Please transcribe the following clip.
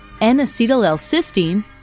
N-acetyl-L-cysteine